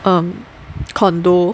um condo